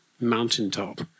mountaintop